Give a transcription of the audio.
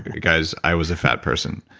guys, i was a fat person,